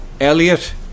Elliot